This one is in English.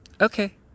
okay